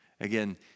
Again